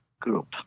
group